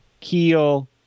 keel